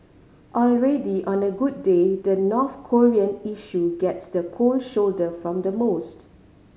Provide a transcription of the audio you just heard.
already on a good day the North Korean issue gets the cold shoulder from the most